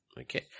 Okay